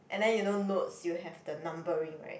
and then you know notes you have the numbering right